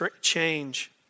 change